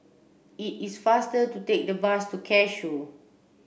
it is faster to take the bus to Cashew